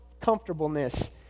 Comfortableness